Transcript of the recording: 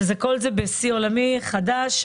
וכל זה בשיא עולמי חדש,